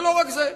זה לא רק זה.